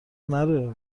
نره